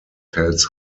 tells